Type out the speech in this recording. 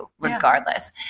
regardless